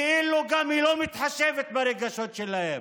כאילו היא גם לא מתחשבת ברגשות שלהם.